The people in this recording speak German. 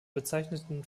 bezeichneten